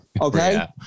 Okay